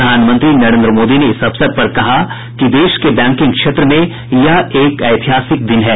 प्रधानमंत्री नरेन्द्र मोदी ने इस अवसर पर कहा कि देश के बैंकिंग क्षेत्र में यह एक ऐतिहासिक दिन है